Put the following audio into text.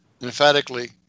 emphatically